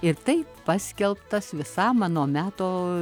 ir taip paskelbtas visam ano meto